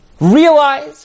Realize